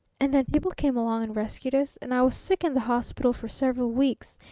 and then people came along and rescued us, and i was sick in the hospital for several weeks.